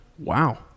Wow